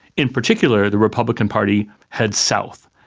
in particular the republican party heads south,